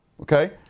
okay